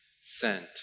sent